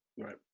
Right